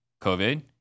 COVID